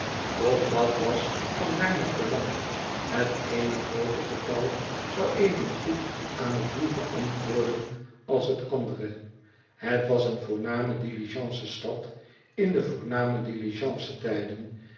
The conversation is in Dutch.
doch dat was van weinig belang het eene groote getal zou evengoed aan t doel beantwoorden als het andere het was een voorname diligencenstad in de voorname diligencen tijden